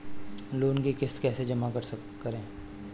Loan की किश्त कैसे जमा करें?